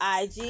IG